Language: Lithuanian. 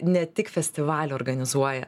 ne tik festivalį organizuoja